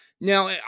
Now